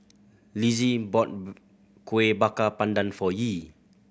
Lizzie bought Kueh Bakar Pandan for Yee